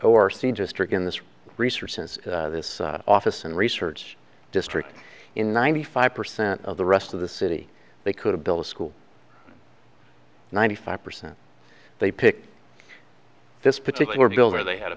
or seen just rick in this research since this office and research district in ninety five percent of the rest of the city they could build schools ninety five percent they picked this particular builder they had a